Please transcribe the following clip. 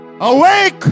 awake